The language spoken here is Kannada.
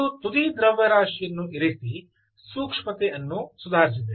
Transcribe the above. ಒಂದು ತುದಿ ದ್ರವ್ಯರಾಶಿಯನ್ನು ಇರಿಸಿ ಸೂಕ್ಷ್ಮತೆ ಅನ್ನು ಸುಧಾರಿಸಿದೆ